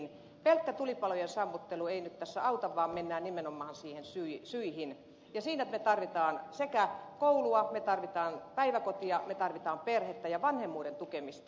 pelkkä tulipalojen sammuttelu ei nyt tässä auta vaan mennään nimenomaan niihin syihin ja siinä me tarvitsemme koulua me tarvitsemme päiväkotia me tarvitsemme perhettä ja vanhemmuuden tukemista